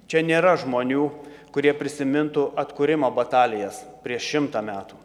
čia nėra žmonių kurie prisimintų atkūrimo batalijas prieš šimtą metų